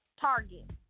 Target